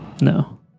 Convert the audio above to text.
No